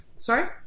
Sorry